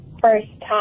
first-time